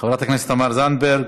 חברת הכנסת תמר זנדברג,